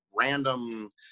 random